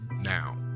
now